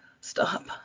stop